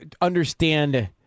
understand